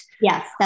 Yes